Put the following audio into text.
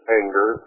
anger